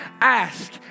ask